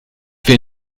wir